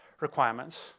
requirements